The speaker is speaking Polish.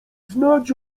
znać